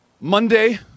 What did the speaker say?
Monday